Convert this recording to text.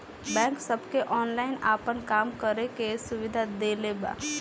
bank सबके online आपन काम करे के सुविधा देले बा